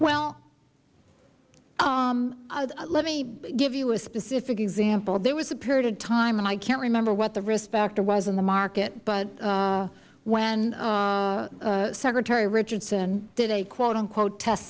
well let me give you a specific example there was a period of time and i can't remember what the risk factor was in the market but when secretary richardson did a quote unquote test